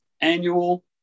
annual